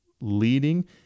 leading